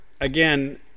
again